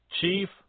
Chief